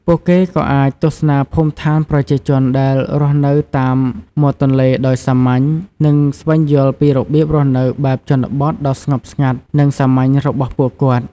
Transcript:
ពួកគេក៏អាចទស្សនាភូមិឋានប្រជាជនដែលរស់នៅតាមមាត់ទន្លេដោយសាមញ្ញ និងស្វែងយល់ពីរបៀបរស់នៅបែបជនបទដ៏ស្ងប់ស្ងាត់និងសាមញ្ញរបស់ពួកគាត់។